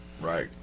Right